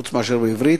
חוץ מאשר בעברית,